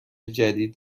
جدید